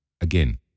again